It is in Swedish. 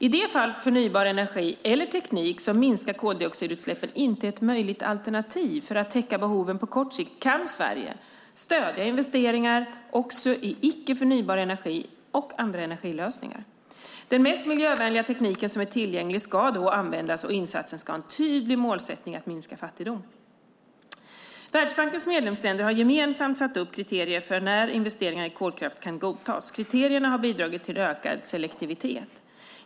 I de fall förnybar energi eller teknik som minskar koldioxidutsläppen inte är ett möjligt alternativ för att täcka behoven på kort sikt kan Sverige stödja investeringar också i icke förnybar energi och andra energilösningar. Den mest miljövänliga tekniken som är tillgänglig ska då användas och insatsen ska ha en tydlig målsättning att minska fattigdom. Världsbankens medlemsländer har gemensamt satt upp kriterier för när investeringar i kolkraft kan godtas. Kriterierna har bidragit till ökad selektivitet.